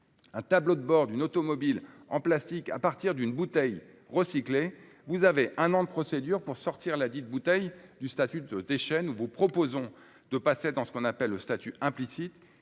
un tableau de bord d'automobile en plastique à partir d'une bouteille recyclée, il faut un an de procédure pour que ladite bouteille n'ait plus le statut de déchet. Nous vous proposons de passer dans ce qu'on appelle le « statut implicite